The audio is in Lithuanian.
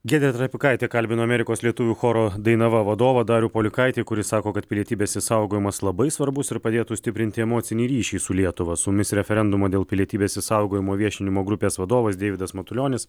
giedrė trapikaitė kalbino amerikos lietuvių choro dainava vadovą darių polikaitį kuris sako kad pilietybės išsaugojimas labai svarbus ir padėtų stiprinti emocinį ryšį su lietuva su mumis referendumo dėl pilietybės išsaugojimo viešinimo grupės vadovas deividas matulionis